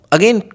Again